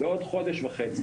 בעוד חודש וחצי,